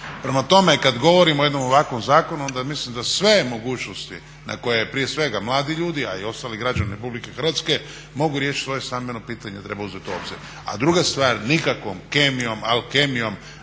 Prema tome, kad govorimo o jednom ovakvom zakonu onda ja mislim da sve mogućnosti na koje prije svega mladi ljudi, a i ostali građani Republike Hrvatske mogu riješiti svoje stambeno pitanje, treba uzeti u obzir. A druga stvar, nikakvom kemijom, alkemijom